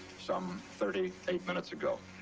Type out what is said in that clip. some thirty eight minutes ago.